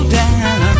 down